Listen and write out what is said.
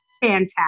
Fantastic